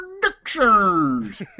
Predictions